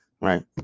right